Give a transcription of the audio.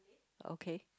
okay